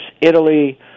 Italy